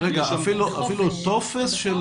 אפילו טופס?